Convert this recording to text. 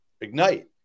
ignite